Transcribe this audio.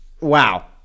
wow